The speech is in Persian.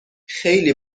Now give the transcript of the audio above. خیلی